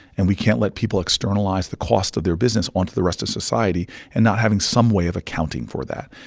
and we can't let people externalize the cost of their business onto the rest of society and not having some way of accounting for that.